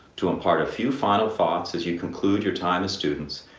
to impart a few final thoughts as you conclude your time as students,